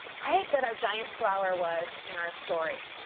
right, that our giant flower was in our story.